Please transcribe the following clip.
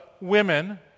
women